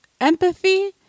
empathy